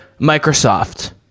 Microsoft